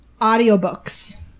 audiobooks